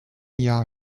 jahr